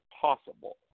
possible